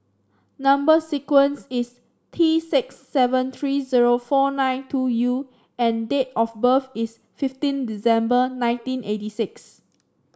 number sequence is T six seven three zero four nine two U and date of birth is fifteen December nineteen eighty six